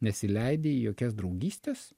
nesileidi į jokias draugystes